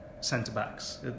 centre-backs